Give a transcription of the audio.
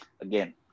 again